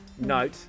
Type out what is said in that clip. Note